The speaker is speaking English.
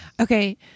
Okay